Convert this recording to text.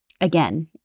again